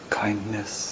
kindness